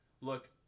look